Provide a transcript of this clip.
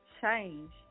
Change